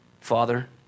Father